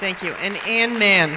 thank you and an